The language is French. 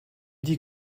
dit